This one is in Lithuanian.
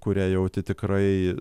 kurią jauti tikrai